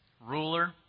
ruler